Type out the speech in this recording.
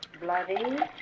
Bloody